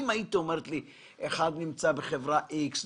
אם היית אומרת לי שאחד נמצא בחברה איקס,